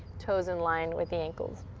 toes in line with the ankles.